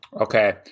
Okay